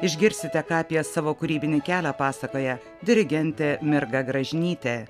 išgirsite ką apie savo kūrybinį kelią pasakoja dirigentė mirga gražinytė